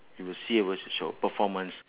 you will see a very s~ short performance